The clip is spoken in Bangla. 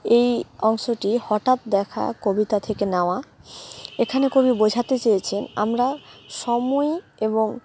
এই অংশটি হঠাৎ দেখা কবিতা থেকে নেওয়া এখানে কবি বোঝাতে চেয়েছেন আমরা সময় এবং